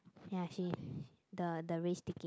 ya she's the the race ticket